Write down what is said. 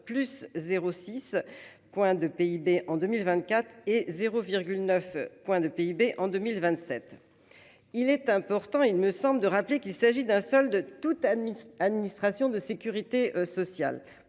plus 0, 6 points de PIB en 2024 et 0,9 point de PIB en 2027. Il est important, il me semble, de rappeler qu'il s'agit d'un seul de toute administrations de Sécurité sociale